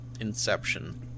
Inception